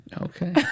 Okay